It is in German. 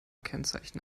kennzeichen